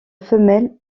femelle